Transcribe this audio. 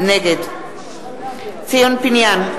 נגד ציון פיניאן,